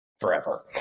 forever